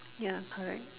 ya correct